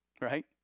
right